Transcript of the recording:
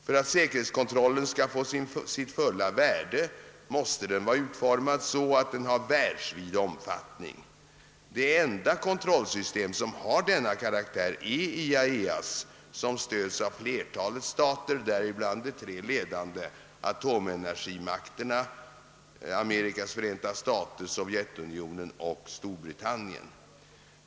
För att säkerhetskontrollen skall få sitt fulla värde måste den vara utformad så att den har världsvid omfattning. Det enda kontrollsystem som har denna karaktär är IAEA:s, som stöds av flertalet stater, däribland de tre ledande atomenergimakterna Amerikas förenta stater, Sovjetunionen och Storbritannien.